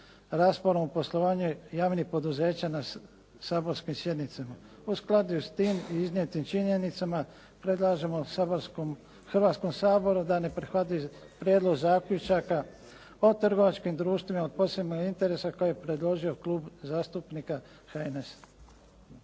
rasponu o poslovanju javnih poduzeća na saborskim sjednicama. U skladu s tim i iznijetim činjenicama predlažemo Hrvatskom saboru da ne prihvati prijedlog zaključaka o trgovačkim društvima od posebnog interesa koji je predložio Klub zastupnika HNS-a.